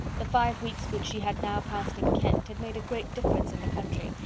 the five weeks which she had now passed in kent had made a great difference in the country,